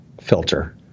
filter